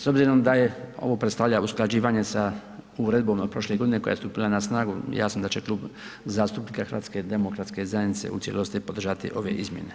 S obzirom da je ovo predstavlja usklađivanje sa uredbom od prošle godine koja je stupila na snagu, jasno da će Klub HDZ-a u cijelosti podržati ove izmjene.